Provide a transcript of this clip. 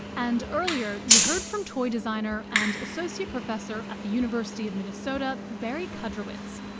and earlier you heard from toy designer and associate professor at the university of minnesota, barry kudrowitz.